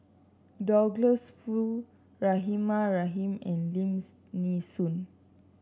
Douglas Foo Rahimah Rahim and Lim Nee Soon